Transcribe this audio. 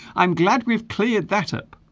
i'm glad we've cleared that up